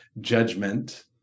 judgment